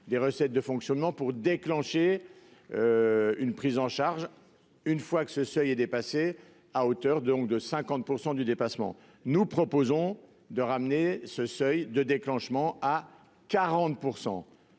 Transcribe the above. des recettes de fonctionnement pour déclencher une prise en charge, une fois ce seuil dépassé, à hauteur de 50 % du dépassement. Nous proposons d'abaisser ce seuil de déclenchement à 40 %.